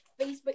facebook